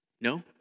No